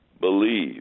believe